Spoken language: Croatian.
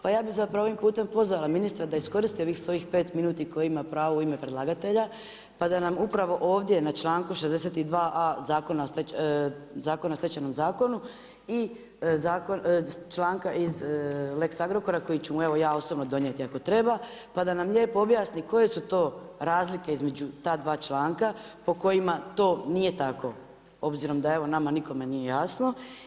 Pa ja bih zapravo ovim putem pozvala ministra da iskoristi ovih svojih pet minuti koje ima pravo u ime predlagatelja, pa da nam upravo ovdje na članku 62a. Zakona o stečajnom zakonu i članka iz Lex Agrokora koji ću mu evo ja osobno donijeti ako treba, pa da nam lijepo objasni koje su to razlike između ta dva članka po kojima to nije tako, obzirom da evo nama nikome nije jasno.